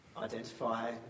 identify